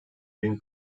bin